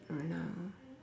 right now